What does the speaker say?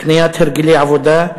הקניית הרגלי עבודה,